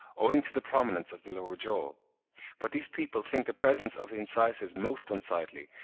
owing to the prominence of the lower jaw but these people think the presence of the incisors most unsightly,